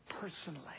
Personally